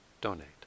donate